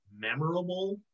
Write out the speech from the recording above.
memorable